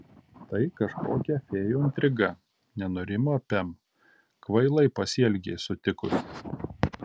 tai kažkokia fėjų intriga nenurimo pem kvailai pasielgei sutikusi